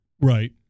Right